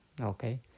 okay